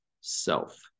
self